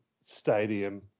Stadium